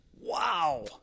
Wow